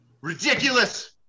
Ridiculous